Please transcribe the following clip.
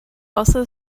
also